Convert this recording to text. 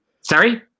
Sorry